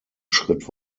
schritt